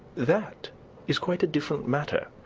that is quite a different matter.